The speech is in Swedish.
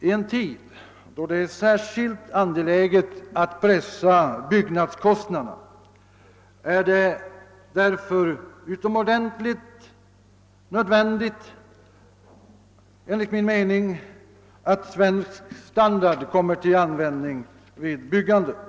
I en tid då det är särskilt angeläget att pressa byggnadskostnaderna är det därför enligt min mening utomordentligt nödvändigt att svensk standard kommer till användning vid byggandet.